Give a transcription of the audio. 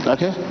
Okay